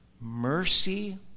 mercy